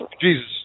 Jesus